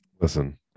Listen